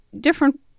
different